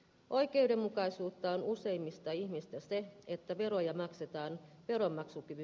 oikeudenmukaisuutta on useimmista ihmistä siten että veroja maksetaan veronmaksukyky